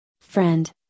friend